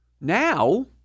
Now